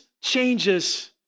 changes